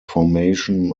formation